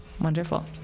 Wonderful